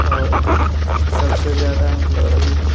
आओर सबसँ ज्यादा मतलब अभी